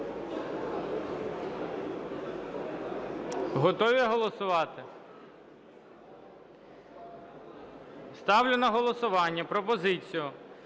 Готові голосувати? Ставлю на голосування пропозицію